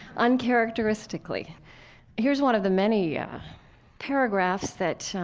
uncharacteristically here's one of the many yeah paragraphs that